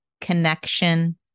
connection